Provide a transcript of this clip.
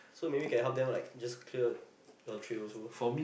so maybe can help them like just clear your tray also